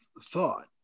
thought